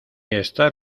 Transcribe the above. estar